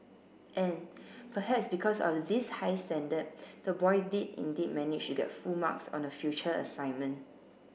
and perhaps because of this high standard the boy did indeed manage to get full marks on a future assignment